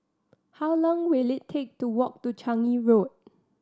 how long will it take to walk to Changi Road